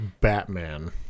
Batman